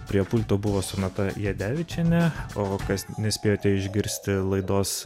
prie pulto buvo sonata jadevičienė o kas nespėjote išgirsti laidos